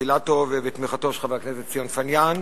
אילטוב ובתמיכתו של חבר הכנסת ציון פיניאן.